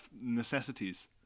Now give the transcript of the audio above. necessities